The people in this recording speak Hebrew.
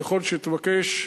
ככל שתבקש,